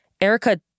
Erica